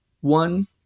one